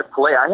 play